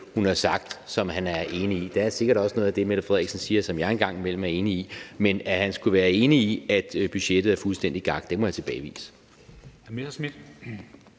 hun har sagt, som han er enig i. Der er sikkert også noget af det, statsministeren siger, som jeg en gang imellem er enig i. Men at han skulle være enig i, at budgettet er fuldstændig gak, må jeg tilbagevise.